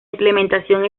implementación